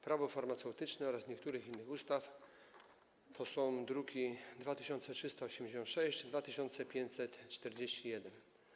Prawo farmaceutyczne oraz niektórych innych ustaw, druki nr 2386 i 2541.